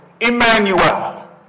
Emmanuel